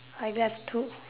I left two